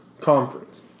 conference